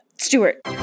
Stewart